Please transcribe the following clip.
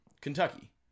Kentucky